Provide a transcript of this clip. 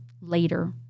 later